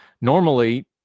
Normally